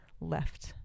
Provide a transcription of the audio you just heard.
left